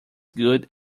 good